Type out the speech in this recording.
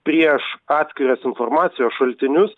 prieš atskiras informacijos šaltinius